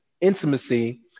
intimacy